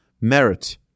merit